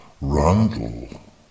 Randall